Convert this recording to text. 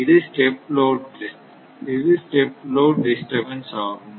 இது step load disturbance ஆகும்